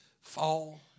fall